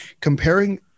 comparing